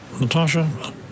Natasha